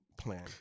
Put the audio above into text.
plan